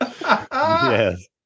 Yes